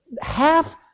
half